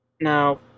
Now